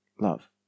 love